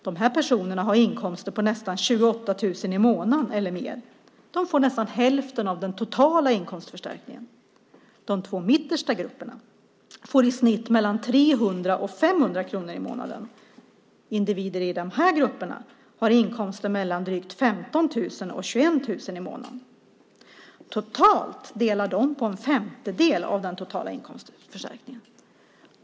De personerna har inkomster på nästan 28 000 i månaden eller mer. De får nästan hälften av den totala inkomstförstärkningen. De två mittersta grupperna får i snitt mellan 300 och 500 kronor i månaden. Individer i de grupperna har inkomster mellan drygt 15 000 och 21 000 i månaden. Totalt delar de på en femtedel av den totala inkomstförstärkningen.